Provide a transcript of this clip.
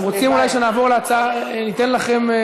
אתם רוצים אולי שנעבור להצעה, ניתן לכם,